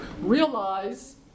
realize